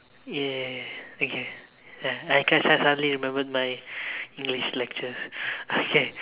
ya okay I can can suddenly remember my English lectures okay